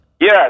Yes